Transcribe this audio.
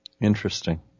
Interesting